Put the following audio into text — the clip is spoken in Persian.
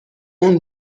اون